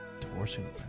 Divorcing